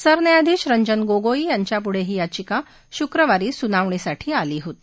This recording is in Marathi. सरन्यायाधीश रंजन गोगोई यांच्यापुढे ही याचिका शुक्रवारी सुनावणीसाठी आली होती